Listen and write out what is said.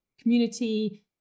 community